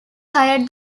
hired